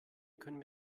können